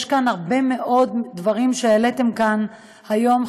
יש הרבה מאוד דברים שהעליתם כאן היום,